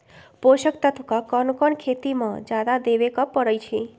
पोषक तत्व क कौन कौन खेती म जादा देवे क परईछी?